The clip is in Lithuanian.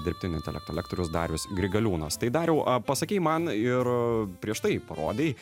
dirbtinio intelekto lektorius darius grigaliūnas tai dariau pasakei man ir prieš tai parodei